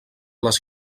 les